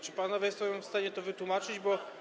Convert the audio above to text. Czy panowie są w stanie to wytłumaczyć, bo.